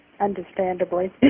Understandably